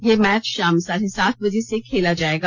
यह मैच शाम साढे सात बजे से खेला जाएगा